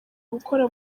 gukora